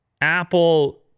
Apple